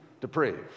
depraved